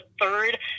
third